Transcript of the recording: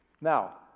Now